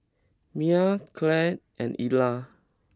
Miah Claud and Eola